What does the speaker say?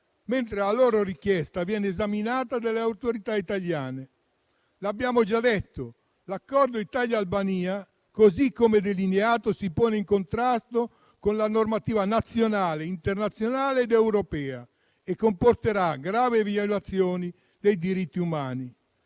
mentre la loro richiesta viene esaminata dalle autorità italiane. Come abbiamo già detto, l'accordo tra Italia e Albania, così come delineato, si pone in contrasto con la normativa nazionale, internazionale ed europea e comporterà gravi violazioni dei diritti umani.